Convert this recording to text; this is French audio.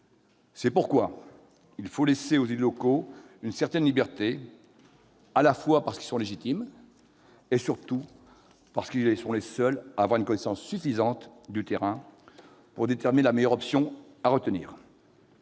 faut par conséquent laisser aux élus locaux une certaine liberté, parce qu'ils sont légitimes et, surtout, parce qu'ils sont les seuls à avoir une connaissance suffisante du terrain pour déterminer la meilleure option à retenir.